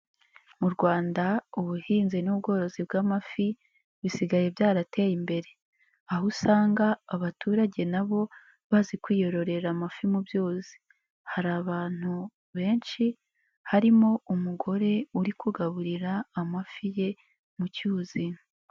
Mu Rwanda ubuhinzi n'ubworozi bw'amafi bisigaye byarateye imbere aho usanga abaturage nabo bazi kwiyororera amafi mu byuzi hari abantu benshi harimo umugore uri kugaburira amafi ye mu cyuzi.